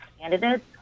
candidates